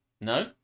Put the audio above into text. No